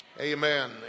Amen